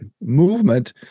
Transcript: movement